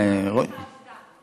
הכנתי לך עבודה.